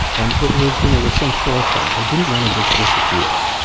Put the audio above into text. and it was you know with some forethought, i didn't want to just disappear.